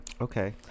Okay